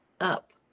up